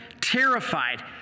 terrified